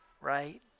right